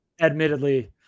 Admittedly